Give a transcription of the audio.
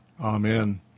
Amen